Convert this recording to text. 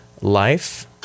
life